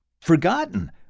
forgotten